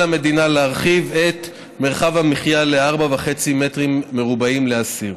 לאחר מכן ינומקו ההסתייגויות.